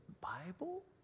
Bible